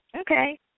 Okay